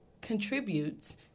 contributes